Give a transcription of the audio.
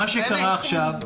מה שקרה עכשיו,